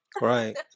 Right